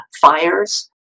Fires